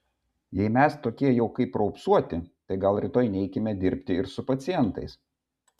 jei mes tokie jau kaip raupsuoti tai gal rytoj neikime dirbti ir su pacientais